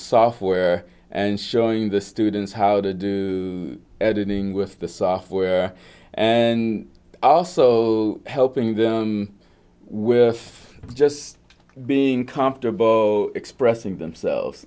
software and showing the students how to do editing with the software and also helping them with just being comfortable expressing themselves